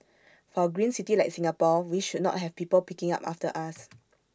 for A green city like Singapore we should not have people picking up after us